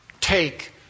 Take